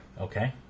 Okay